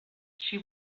she